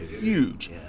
huge